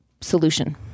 solution